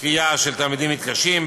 קריאה של תלמידים מתקשים.